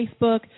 Facebook